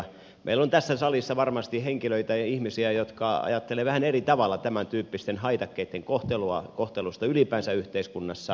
meillä on tässä salissa varmasti henkilöitä ja ihmisiä jotka ajattelevat vähän eri tavalla tämäntyyppisten haitakkeitten kohtelusta ylipäänsä yhteiskunnassa